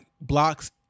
blocks